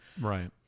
Right